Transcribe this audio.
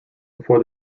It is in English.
before